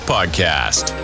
Podcast